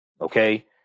Okay